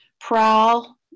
prowl